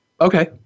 Okay